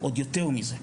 הוא עוד יותר מזה.